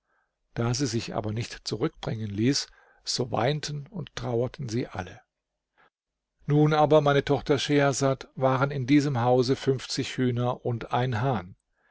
da sie sich aber nicht zurückbringen ließ so weinten und trauerten alle nun aber meine tochter schehersad waren in diesem hause fünfzig hühner und ein hahn